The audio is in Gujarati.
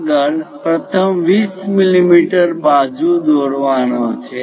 આગળ પ્રથમ 20 મીમી બાજુ દોરવાનો છે